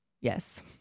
Yes